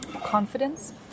confidence